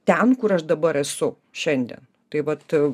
ten kur aš dabar esu šiandien taip vat